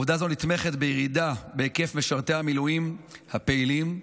עובדה זו נתמכת בירידה בהיקף משרתי המילואים הפעילים,